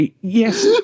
Yes